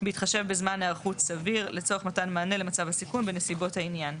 בהתחשב בזמן היערכות סביר לצורך מתן מענה למצב הסיכון בנסיבות העניין".